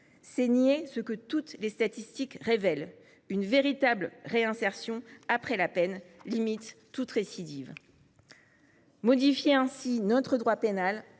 C’est nier ce que toutes les statistiques révèlent : une véritable réinsertion après la peine limite toute récidive. Modifier ainsi notre droit pénal